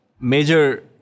major